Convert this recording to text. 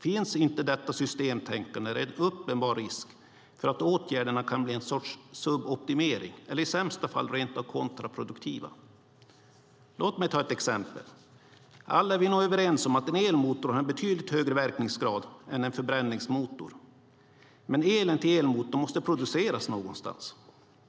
Finns inte detta systemtänkande är det en uppenbar risk att åtgärderna kan bli en sorts suboptimering eller i sämsta fall rent av kontraproduktiva. Låt mig ta ett exempel: Alla är vi nog överens om att en elmotor har en betydligt högre verkningsgrad än en förbränningsmotor, men elen till elmotorn måste produceras någonstans.